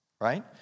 Right